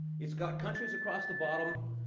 it's got countries across the bottom,